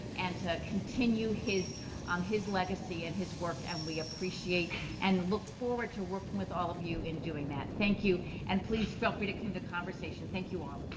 and to continue his um his legacy and his work. and we appreciate and look forward to working with all of you in doing that. thank you and please feel free to continue kind of the conversation. thank you all.